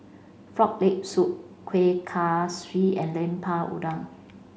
frog leg soup Kuih Kaswi and Lemper Udang